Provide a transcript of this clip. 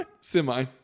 Semi